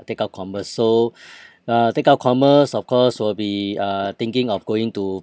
take up commerce so uh take up commerce of course will be uh thinking of going to